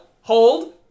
hold